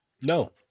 No